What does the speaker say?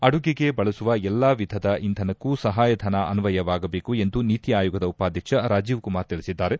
ಅಡುಗೆಗೆ ಬಳಸುವ ಎಲ್ಲಾ ವಿಧದ ಇಂಧನಕ್ಕೂ ಸಹಾಯಧನ ಅನ್ವಯವಾಗಬೇಕು ಎಂದು ನೀತಿ ಆಯೋಗದ ಉಪಾಧ್ಯಕ್ಷ ರಾಜೀವ್ ಕುಮಾರ್ ತಿಳಿಸಿದ್ದಾರೆ